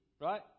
right